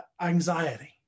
anxiety